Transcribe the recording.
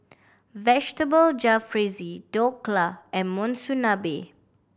Vegetable Jalfrezi Dhokla and Monsunabe